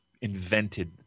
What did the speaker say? invented